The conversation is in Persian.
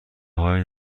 های